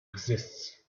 exists